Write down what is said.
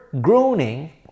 groaning